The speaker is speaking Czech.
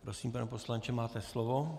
Prosím, pane poslanče, máte slovo.